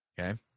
Okay